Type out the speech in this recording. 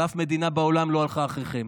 ואף מדינה בעולם לא הלכה אחריכם.